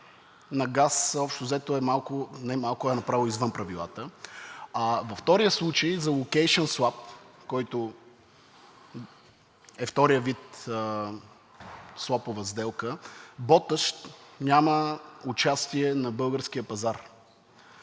на газ, общо взето, е малко, не малко, а е направо извън правилата. Във втория случай, за локейшън суап, който е вторият вид суапова сделка, „Боташ“ няма участие на българския пазар.